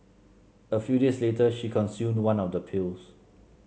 a few days later she consumed one of the pills